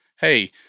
Hey